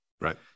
Right